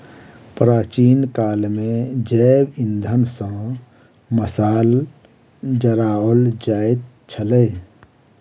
प्राचीन काल मे जैव इंधन सॅ मशाल जराओल जाइत छलै